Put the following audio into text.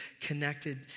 connected